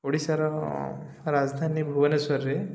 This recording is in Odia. ଓଡ଼ିଶାର ରାଜଧାନୀ ଭୁବନେଶ୍ୱରରେ